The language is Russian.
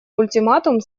ультиматум